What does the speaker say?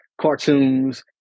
cartoons